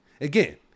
Again